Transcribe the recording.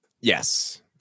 Yes